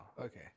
Okay